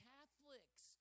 Catholics